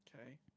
Okay